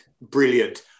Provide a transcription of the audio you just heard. brilliant